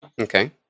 okay